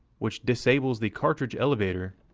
which disables the cartridge elevator